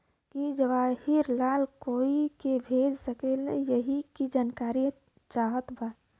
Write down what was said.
की जवाहिर लाल कोई के भेज सकने यही की जानकारी चाहते बा?